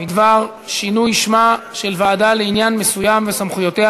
בדבר שינוי שמה של ועדה לעניין מסוים וסמכויותיה,